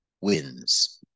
wins